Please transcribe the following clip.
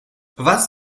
was